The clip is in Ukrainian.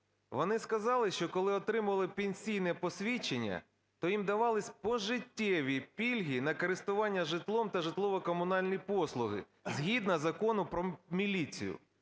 Вони сказали, що коли отримували пенсійне посвідчення, то їм давалися пожиттєві пільги на користування житлом та житлово-комунальні послуги згідно Закону "Про міліцію".